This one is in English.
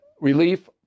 relief